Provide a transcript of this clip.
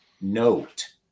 note